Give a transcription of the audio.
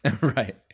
Right